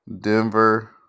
Denver